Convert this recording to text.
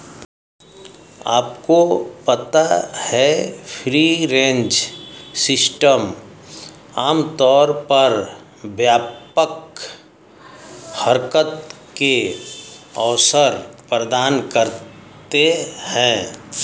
आपको पता है फ्री रेंज सिस्टम आमतौर पर व्यापक हरकत के अवसर प्रदान करते हैं?